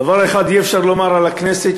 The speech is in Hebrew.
דבר אחד אי-אפשר לומר על הכנסת,